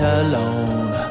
alone